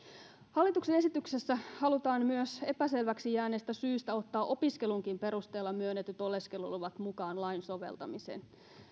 hallituksen esityksessä halutaan epäselväksi jääneestä syystä ottaa myös opiskelunkin perusteella myönnetyt oleskeluluvat mukaan lain soveltamiseen